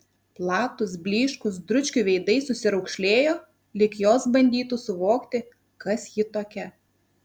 platūs blyškūs dručkių veidai susiraukšlėjo lyg jos bandytų suvokti kas ji tokia